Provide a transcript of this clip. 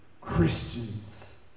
Christians